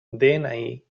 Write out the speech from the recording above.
dni